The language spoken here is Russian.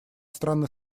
страны